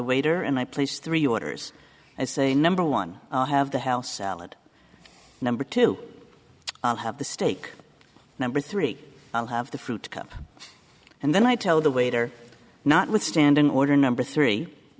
waiter and i place three orders i say number one i have the house elad number two i'll have the steak number three i'll have the fruit cup and then i told the waiter not withstand an order number three